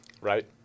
Right